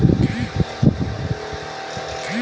लक्ष्मी, क्या तुम कभी बॉम्बे स्टॉक एक्सचेंज गई हो?